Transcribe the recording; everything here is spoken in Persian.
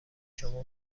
شما